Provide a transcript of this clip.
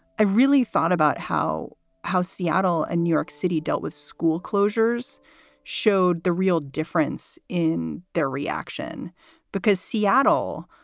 i really thought about how how seattle and new york city dealt with school closures showed the real difference in their reaction because seattle,